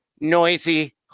noisy